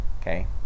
okay